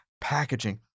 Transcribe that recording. packaging